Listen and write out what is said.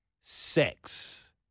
sex